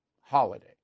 holiday